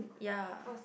ya